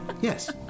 Yes